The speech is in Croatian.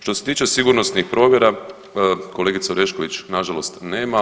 Što se tiče sigurnosnih provjera kolegice Orešković na žalost nema.